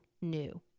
new